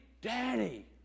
daddy